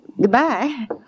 goodbye